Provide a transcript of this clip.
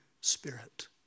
Spirit